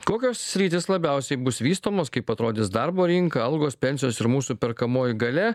kokios sritys labiausiai bus vystomos kaip atrodys darbo rinka algos pensijos ir mūsų perkamoji galia